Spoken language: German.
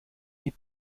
die